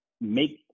make